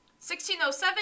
1607